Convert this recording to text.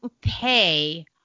pay